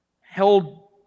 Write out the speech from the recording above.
held